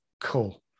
cool